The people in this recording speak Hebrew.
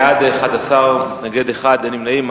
בעד, 11, מתנגד אחד, אין נמנעים.